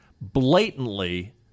Blatantly